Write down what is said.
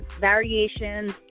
variations